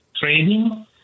training